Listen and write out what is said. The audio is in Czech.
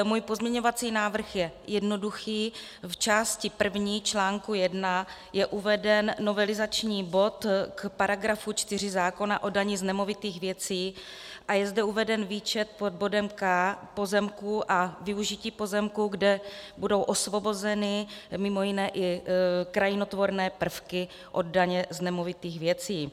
Můj pozměňovací návrh je jednoduchý: v části první čl. I je uveden novelizační bod k § 4 zákona o dani z nemovitých věcí a je zde uveden výčet pod bodem k) pozemků a využití pozemků, kde budou osvobozeny mimo jiné i krajinotvorné prvky od daně z nemovitých věcí.